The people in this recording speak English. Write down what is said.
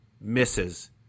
misses